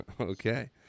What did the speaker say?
Okay